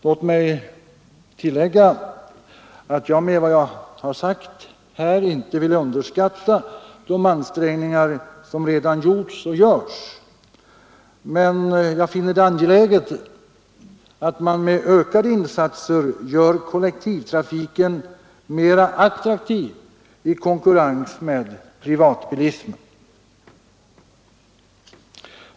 Låt mig tillägga, att jag med vad jag har sagt inte vill underskatta de ansträngningar som redan gjorts och görs, men jag finner det angeläget att med ökade insatser göra kollektivtrafiken attraktiv i konkurrens med privatbilismen.